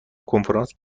کنفرانس